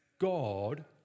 God